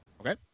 Okay